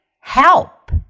help